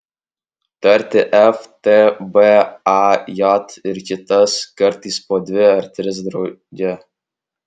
tarti f t b a j ir kitas kartais po dvi ar tris drauge